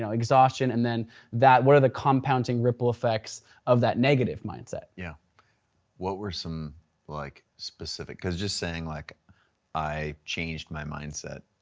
exhaustion and then what are the compounding ripple effects of that negative mindset? yeah what were some like specific, cause just saying like i changed my mindset,